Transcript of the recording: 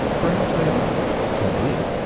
perhaps they are indeed,